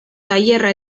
tailerra